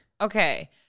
Okay